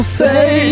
say